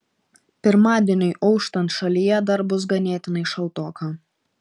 pirmadieniui auštant šalyje dar bus ganėtinai šaltoka